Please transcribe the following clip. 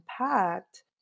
impact